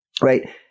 Right